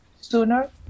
sooner